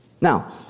Now